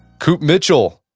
coop mitchel,